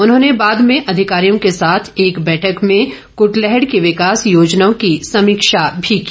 उन्होंने बाद में अधिकारियों के साथ एक बैठक में कटलैहड की विकास योजनाओं की समीक्षा भी की